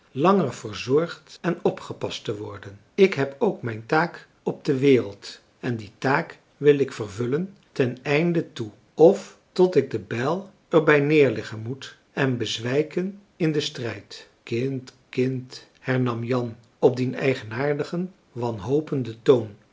langer verzorgd en opgepast te worden ik heb ook mijn taak op de wereld en die taak wil ik vervullen ten einde toe of tot ik de bijl er bij neerleggen moet en bezwijken in den strijd marcellus emants een drietal novellen kind kind hernam jan op dien eigenaardigen wanhopenden toon